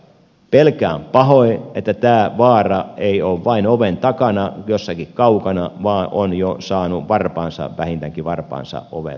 pelkään pahoin että tämä vaara ei ole vain oven takana jossakin kaukana vaan on jo saanut varpaansa vähintäänkin varpaansa ovenväliin